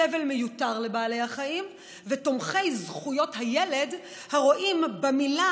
סבל מיותר לבעלי החיים ותומכי זכויות הילד הרואים במילה